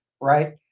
right